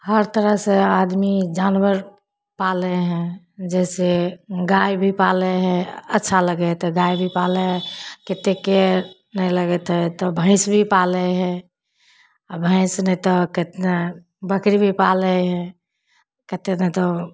हर तरहसँ आदमी जानवर पालै हइ जइसे गाइ भी पालै हइ अच्छा लगै हइ तऽ गाइ भी पालै हइ कतेकके नहि लगै हइ तऽ भैँस भी पालै हइ आओर भैँस नहि तऽ कतना बकरी भी पालै हइ कतेक नहि तऽ